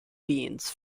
beans